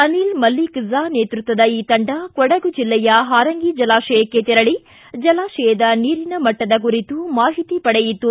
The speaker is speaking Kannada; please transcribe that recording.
ಅನಿಲ್ ಮಲ್ಲಿಕ್ ಝಾ ನೇತೃತ್ವದ ಈ ತಂಡ ಕೊಡಗು ಜಿಲ್ಲೆಯ ಹಾರಂಗಿ ಜಲಾಶಯಕ್ಕೆ ತೆರಳಿ ಜಲಾಶಯದ ನೀರಿನ ಮಟ್ಟದ ಕುರಿತು ಮಾಹಿತಿ ಪಡೆಯಿತು